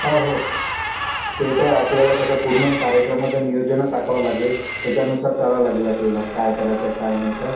हो हो ते तर आपल्याला कसं पूर्ण कार्यक्रमाचं नियोजनच आखावं लागेल त्याच्यानुसार चालावं लागेल आपल्याला काय करायचं आहे काय नाही तर